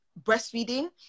breastfeeding